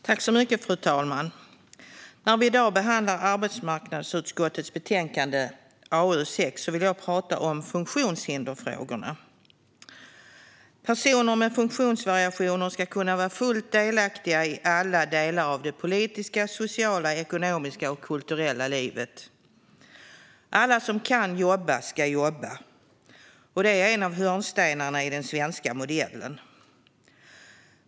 Fru talman! När vi i dag behandlar arbetsmarknadsutskottets betänkande AU6 vill jag prata om funktionshindersfrågorna. Personer med funktionsvariationer ska kunna vara fullt delaktiga i alla delar av det politiska, sociala, ekonomiska och kulturella livet. Alla som kan jobba ska jobba - det är en av hörnstenarna i den svenska modellen.